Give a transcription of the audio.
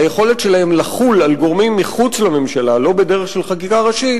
היכולת שלהן לחול על גורמים מחוץ לממשלה לא בדרך של חקיקה ראשית